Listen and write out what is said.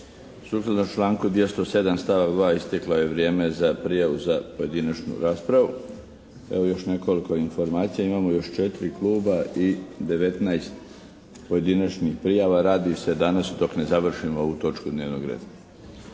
Sukladno članku 207. stavak 2. isteklo je vrijeme za prijavu za pojedinačnu raspravu. Evo još nekoliko informacija. Imamo još 4 kluba i 19 pojedinačnih prijava. Radi se danas dok ne završimo ovu točku dnevnog reda.